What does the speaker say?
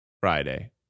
Friday